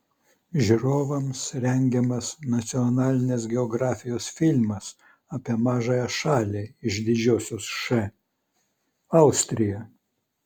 žiūrovams rengiamas nacionalinės geografijos filmas apie mažąją šalį iš didžiosios š austriją